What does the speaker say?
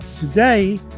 today